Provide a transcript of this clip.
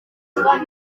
uyirwaye